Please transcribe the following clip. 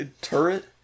turret